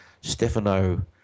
Stefano